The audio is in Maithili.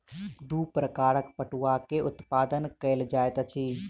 दू प्रकारक पटुआ के उत्पादन कयल जाइत अछि